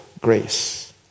grace